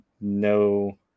no